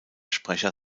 sprecher